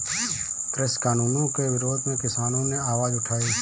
कृषि कानूनों के विरोध में किसानों ने आवाज उठाई